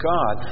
God